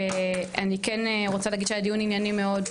ואני כן רוצה להגיד שהיה דיון ענייני מאוד.